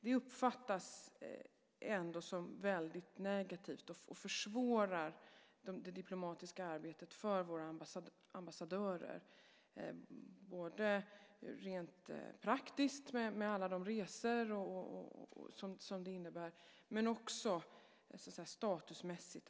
Det uppfattas ändå som väldigt negativt och försvårar det diplomatiska arbetet för våra ambassadörer, både rent praktiskt med alla resor och sådant som det innebär och statusmässigt.